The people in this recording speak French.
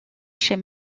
chez